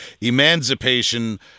emancipation